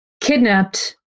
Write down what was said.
Kidnapped